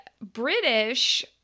British